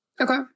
Okay